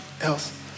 else